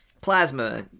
Plasma